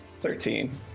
thirteen